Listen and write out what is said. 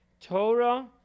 Torah